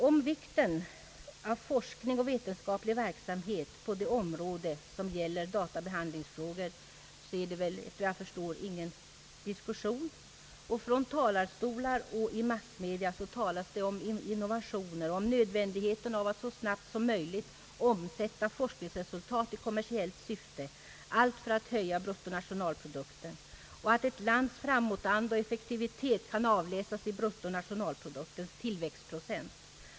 Om vikten av forskning och vetenskaplig verksamhet på databehandlingsområdet råder det väl, efter vad jag förstår, ingen diskussion. Från talarstolar och i massmedia talas det om innovationer och om nödvändigheten av att så snabbt som möjligt omsätta forskningsresultat i kommersiellt syfte, allt för att höja bruttonationalprodukten. Ett lands framåtanda och effektivitet kan avläsas i bruttonationalproduktens tillväxt.